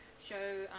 show